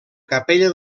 capella